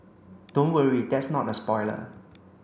don't worry that's not a spoiler